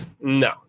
No